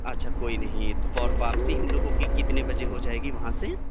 اچھا کوئی نہیں وور واپسی ہم لوگوں کی کتنے بجے ہو جائے گی وہاں سے